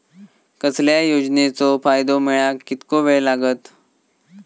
कसल्याय योजनेचो फायदो मेळाक कितको वेळ लागत?